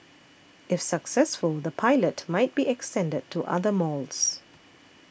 if successful the pilot might be extended to other malls